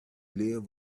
live